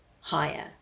higher